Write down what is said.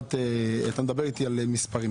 אתה מדבר איתי על מספרים.